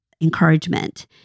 encouragement